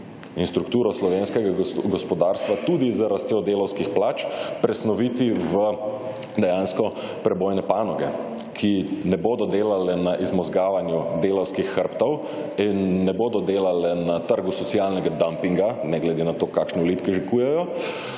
in strukturo slovenskega gospodarstva tudi z rastjo delavskih plač, presnoviti v dejansko prebojne panoge, ki ne bodo delale na »izmozgavanju« delavskih hrbtov in ne bodo delale na trgu socialnega »dumpinga«, ne glede na to, kakšne »vlitke«(?) že kujejo,